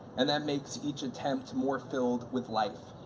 and that makes each attempt more filled with life.